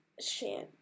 Shan